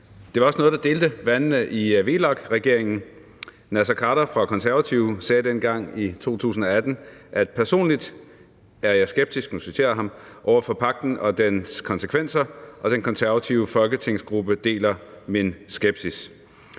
Det var også noget, der delte vandene i VLAK-regeringen. Naser Khader fra Konservative sagde dengang i 2018, og nu citerer jeg ham: »Personligt er jeg skeptisk over for pagten og dens konsekvenser, og den konservative folketingsgruppe deler min skepsis.«